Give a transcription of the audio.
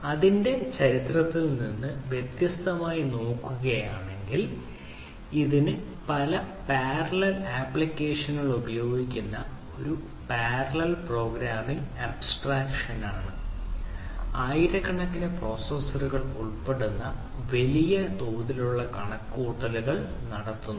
അതിന്റെ ചരിത്രത്തിൽ നിന്ന് വ്യത്യസ്തമായി നോക്കുകയാണെങ്കിൽ ഇത് പല പാരലൽ ആപ്പ്ളിക്കേഷനുകൾ ഉപയോഗിക്കുന്ന ഒരു പാരലൽ പ്രോഗ്രാമിങ് അബ്സ്ട്രാക്ഷൻ ആണ് ആയിരക്കണക്കിന് പ്രോസസ്സറുകൾ ഉൾപ്പെടുന്ന വലിയ തോതിലുള്ള കണക്കുകൂട്ടൽ നടത്തുന്നു